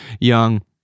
young